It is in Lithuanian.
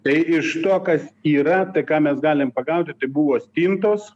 tai iš to kas yra tai ką mes galim pagauti tai buvo stintos